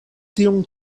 tiun